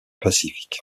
pacifique